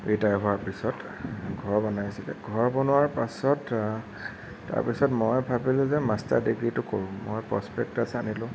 retire হোৱাৰ পিছত ঘৰ বনাইছিল ঘৰ বনোৱাৰ পাছত তাৰপিছত মই ভাবিলোঁ যে মাষ্টাৰ ডিগ্ৰীটো কৰোঁ মই প্ৰছপ্ৰেকটাছ আনিলোঁ